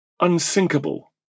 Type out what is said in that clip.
unsinkable